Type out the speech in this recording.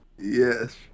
Yes